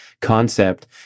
concept